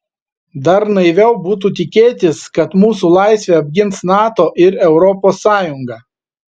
dar naiviau būtų tikėtis kad mūsų laisvę apgins nato ir europos sąjunga